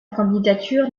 candidature